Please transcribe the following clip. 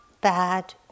bad